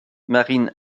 marin